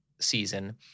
season